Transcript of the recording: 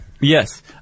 Yes